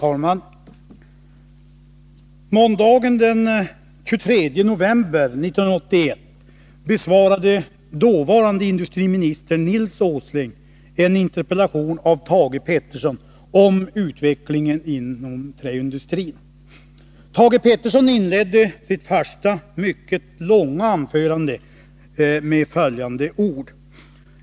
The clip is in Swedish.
Fru talman! Måndagen den 23 november 1981 besvarade dåvarande industriministern Nils Åsling en interpellation av Thage Peterson om utvecklingen inom träindustrin. Thage Peterson inledde sitt första, mycket långa, anförande med följande ord.